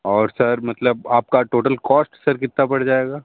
और सर मतलब आपका टोटल कॉस्ट सर कितना पड़ जाएगा